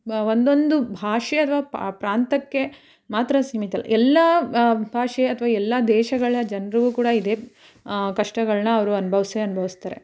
ಒಂದೊಂದು ಭಾಷೆ ಅಥವಾ ಆ ಪ್ರಾಂತ್ಯಕ್ಕೆ ಮಾತ್ರ ಸೀಮಿತ ಅಲ್ಲ ಎಲ್ಲ ಭಾಷೆ ಅಥವಾ ಎಲ್ಲ ದೇಶಗಳ ಜನ್ರಿಗೂ ಕೂಡ ಇದೆ ಕಷ್ಟಗಳನ್ನ ಅವರು ಅನ್ಭವ್ಸೇ ಅನ್ಭವ್ಸ್ತಾರೆ